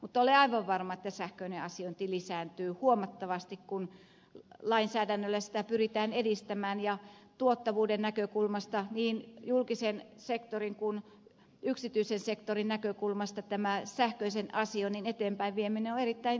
mutta olen aivan varma että sähköinen asiointi lisääntyy huomattavasti kun lainsäädännöllä sitä pyritään edistämään ja tuottavuuden näkökulmasta niin julkisen sektorin kuin yksityisen sektorin näkökulmasta tämä sähköisen asioinnin eteenpäin vieminen on erittäin merkittävää